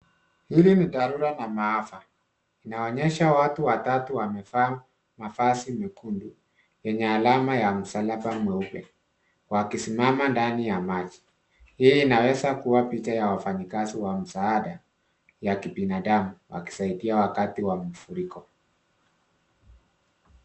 Hili ni dharura na maafa. Inaonyesha watu watatu wamevaa mavazi mekundu. Yenye alama ya msalaba mweupe. Wakisimama ndani ya maji. Hii inaweza kuwa picha ya wafanyikazi wa msaada, ya kibinadamu, wakisaidia wakati wa mafuriko.